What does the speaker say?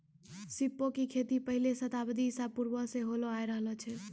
सीपो के खेती पहिले शताब्दी ईसा पूर्वो से होलो आय रहलो छै